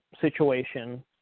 situation